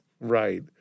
Right